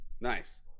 Nice